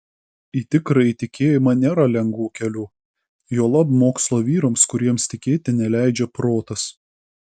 į tikrąjį tikėjimą nėra lengvų kelių juolab mokslo vyrams kuriems tikėti neleidžia protas